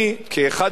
כאחד המורדים,